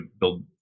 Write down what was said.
build